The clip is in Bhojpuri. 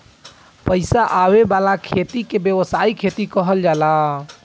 पईसा आवे वाला खेती के व्यावसायिक खेती कहल जाला